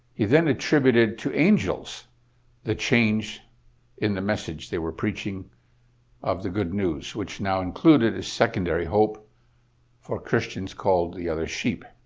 he then attributed to angels the change in the message they were preaching of the good news which now included a secondary hope for christians called the other sheep.